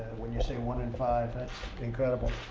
when you say one in five, that's incredible.